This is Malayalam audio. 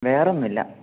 വേറെ ഒന്നുമില്ല